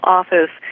office